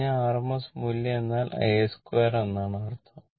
പറഞ്ഞു RMS മൂല്യം എന്നാൽ a2 എന്നാണ് അർഥം